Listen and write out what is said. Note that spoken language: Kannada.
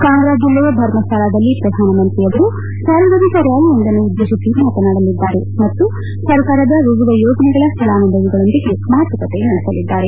ಕಾಂಗ್ರಾ ಜಿಲ್ಲೆಯ ಧರ್ಮಶಾಲಾದಲ್ಲಿ ಪ್ರಧಾನ ಮಂತ್ರಿಯವರು ಸಾರ್ವಜನಿಕ ರ್ಕಾಲಿಯೊಂದನ್ನು ಉದ್ದೇಶಿಸಿ ಮಾತನಾಡಲಿದ್ದಾರೆ ಮತ್ತು ಸರ್ಕಾರದ ವಿವಿಧ ಯೋಜನೆಗಳ ಫಲಾನುಭವಿಗಳೊಂದಿಗೆ ಮಾತುಕತೆ ನಡೆಸಲಿದ್ದಾರೆ